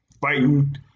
fighting